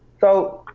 so,